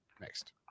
Next